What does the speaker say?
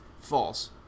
False